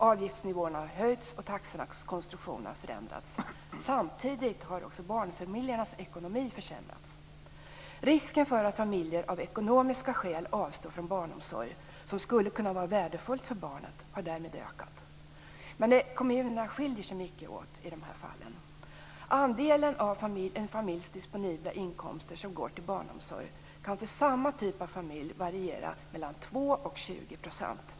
Avgiftsnivåerna har höjts, och taxornas konstruktion har förändrats. Samtidigt har också barnfamiljernas ekonomi försämrats. Risken för att familjer av ekonomiska skäl avstår från barnomsorg som skulle kunna vara värdefull för barnet har därmed ökat. Kommunerna skiljer sig mycket åt i dessa fall. Andelen av en familjs disponibla inkomst som går till barnomsorg kan för samma typ av familj variera mellan 2 % och 20 %.